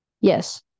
yes